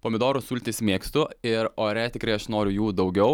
pomidorų sultis mėgstu ir ore tikrai aš noriu jų daugiau